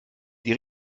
die